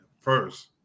first